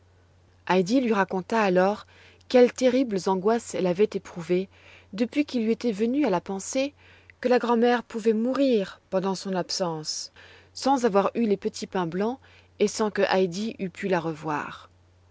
heidi lui raconta alors quelles terribles angoisses elle avait éprouvées depuis qu'il lui était venu à la pensée que la grand'mère pourrait mourir pendant son absence sans avoir eu les petits pains blancs et sans que heidi eût pu la revoir